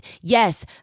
Yes